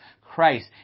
Christ